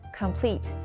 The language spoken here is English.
complete